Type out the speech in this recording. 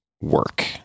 work